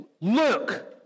look